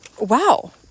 wow